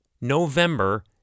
November